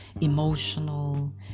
emotional